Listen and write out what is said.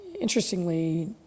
interestingly